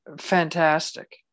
fantastic